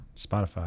Spotify